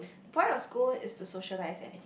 the point of school is to socialise and